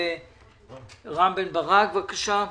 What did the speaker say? רם בן ברק, בבקשה.